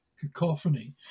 cacophony